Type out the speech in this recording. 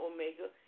Omega